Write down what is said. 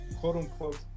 Quote-unquote